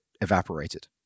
evaporated